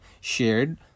shared